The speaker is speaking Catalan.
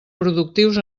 productius